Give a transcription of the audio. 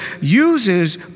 uses